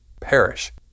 Perish